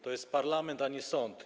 To jest parlament, a nie sąd.